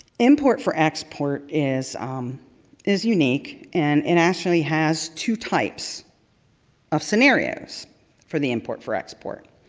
import for export is is unique and it actually has two types of scenarios for the import for export.